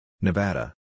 Nevada